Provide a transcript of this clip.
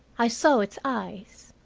i saw its eyes,